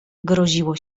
groziło